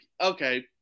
Okay